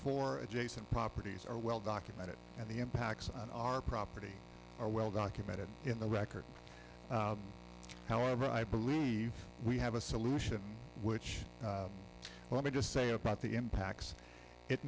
four adjacent properties are well documented and the impacts on our property are well documented in the record however i believe we have a solution which let me just say about the impacts it